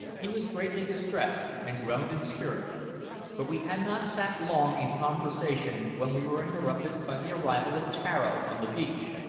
he was greatly distressed, and groaned in spirit but we had not sat long in conversation when we were interrupted by the arrival of tararo on the beach,